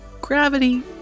gravity